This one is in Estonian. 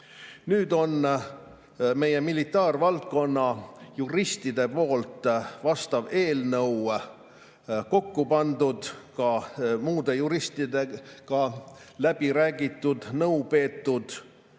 Nüüd on meie militaarvaldkonna juristide poolt vastav eelnõu kokku pandud, seejuures on ka muude juristidega läbi räägitud ja nõu peetud.